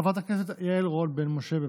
חברת הכנסת יעל רון בן משה,